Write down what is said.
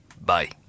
Bye